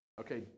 Okay